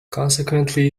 consequently